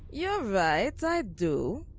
you're right, i do.